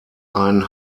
ein